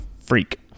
freak